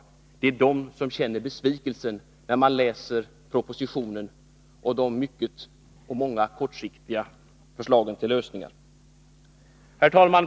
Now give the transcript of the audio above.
Det är de som känner besvikelsen när man läser propositionen och de många kortsiktiga förslagen till lösningar. Herr talman!